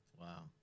Wow